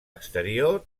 exterior